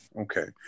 okay